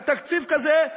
עם תקציב כזה,